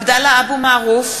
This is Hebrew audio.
(קוראת בשמות חברי הכנסת) עבדאללה אבו מערוף,